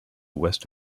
west